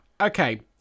Okay